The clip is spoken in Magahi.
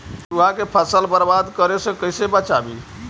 चुहा के फसल बर्बाद करे से कैसे बचाबी?